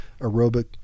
aerobic